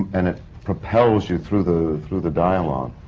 and it propels you through the. through the dialogue.